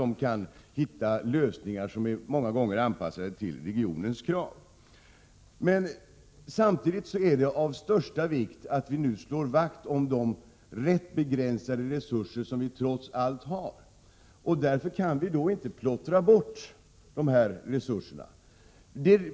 De kan också hitta lösningar som många gånger är anpassade till regionens krav. Samtidigt är det av största vikt att vi nu slår vakt om de rätt begränsade resurser som vi trots allt har. Därför kan vi inte plottra bort resurserna.